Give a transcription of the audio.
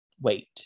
Wait